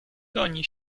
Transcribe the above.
goni